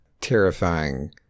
terrifying